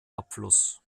abfluss